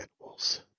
animals